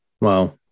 Wow